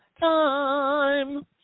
time